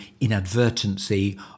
inadvertency